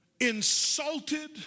insulted